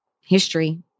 history